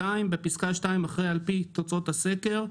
(2)בפסקה (2), אחרי "על פי תוצאות הסקר,"